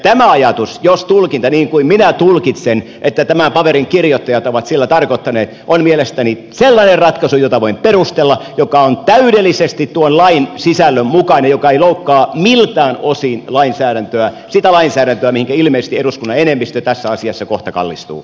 tämä ajatus jos tulkitaan niin kuin minä tulkitsen sen mitä tämän paperin kirjoittajat ovat sillä tarkoittaneet on mielestäni sellainen ratkaisu jota voin perustella joka on täydellisesti tuon lain sisällön mukainen joka ei loukkaa miltään osin lainsäädäntöä sitä lainsäädäntöä mihinkä ilmeisesti eduskunnan enemmistö tässä asiassa kohta kallistuu